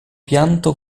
pianto